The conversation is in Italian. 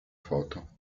foto